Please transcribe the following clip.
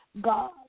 God